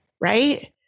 right